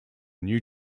new